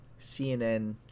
CNN